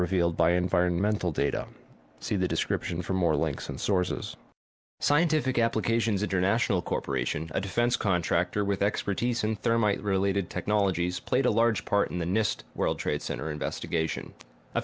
revealed by environmental data see the description for more links and sources scientific applications international corporation a defense contractor with expertise and thermite related technologies played a large part in the nist world trade center investigation a